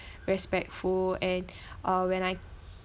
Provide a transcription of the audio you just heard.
respectful and uh when I